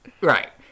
Right